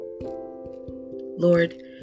Lord